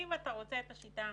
אם אתה רוצה את השיטה האמריקאית,